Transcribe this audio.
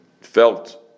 felt